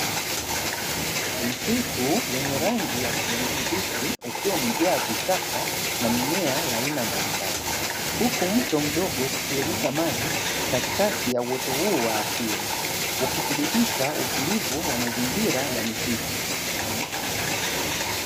Msitu wenye rangi ya kijani kibichi ukiwa umejaa vichaka na mimea ya aina mbalimbali, huku mto mdogo ukitiririsha maji katikati ya uoto huu wa asili ukithibitisha utulivu wa mazingira ya misitu.